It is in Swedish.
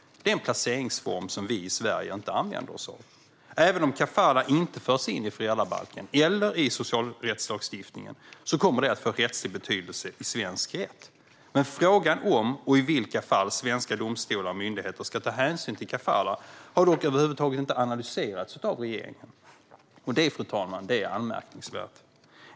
Det är en placeringsform som vi i Sverige inte använder oss av. Även om kafalah inte förs in i föräldrabalken eller i socialrättslagstiftningen kommer den att få rättslig betydelse i svensk rätt. Men frågan om och i vilka fall svenska domstolar och myndigheter ska ta hänsyn till kafalah har över huvud taget inte analyserats av regeringen. Det är anmärkningsvärt.